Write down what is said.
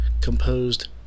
composed